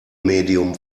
medium